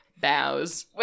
bows